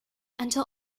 until